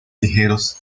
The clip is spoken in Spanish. ligeros